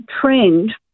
trend